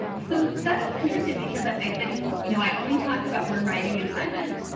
and so that is interesting, because i didn't you, know i only talked about when writing assignments,